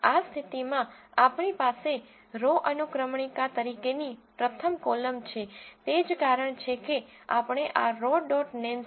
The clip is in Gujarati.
આ સ્થિતિમાં આપણી પાસે રો અનુકમણિકા તરીકેની પ્રથમ કોલમ છે તે જ કારણ છે કે આપણે આ રો ડોટ નેમ્સrow